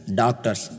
doctors